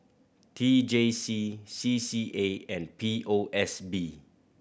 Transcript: T J C C C A and P O S B